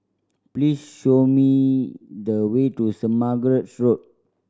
please show me the way to Saint Margaret's Road